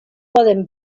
poden